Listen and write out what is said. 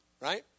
right